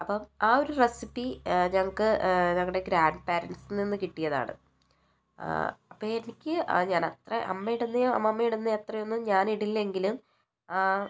അപ്പം ആ ഒരു റെസിപ്പി ഞങ്ങൾക്ക് ഞങ്ങടെ ഗ്രാൻറ്പാരൻസിൽ നിന്ന് കിട്ടിയതാണ് അപ്പോൾ എനിക്ക് ആ ഞാൻ അത്ര അമ്മായിട്ന്നെയോ അമ്മമ്മയിടുന്നെയൊ അത്രയൊന്നും ഞാനിടില്ലെങ്കിലും